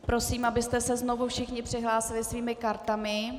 Prosím, abyste se znovu všichni přihlásili svými kartami.